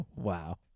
Wow